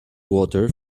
water